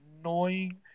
annoying